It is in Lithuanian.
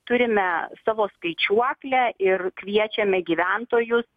turime savo skaičiuoklę ir kviečiame gyventojus